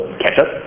ketchup